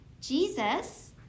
Jesus